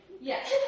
Yes